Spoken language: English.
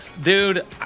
dude